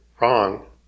wrong